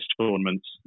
tournaments